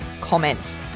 comments